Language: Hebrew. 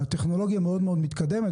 אבל הטכנולוגיה מאוד-מאוד מתקדמת,